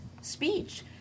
speech